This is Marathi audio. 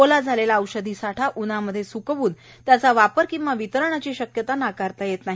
ओला झालेला औषधी साठा उन्हामध्ये स्कवून त्याचा वापर किंवा वितरणाची शक्यता नाकारता येत नाही